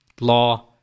law